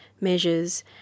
measures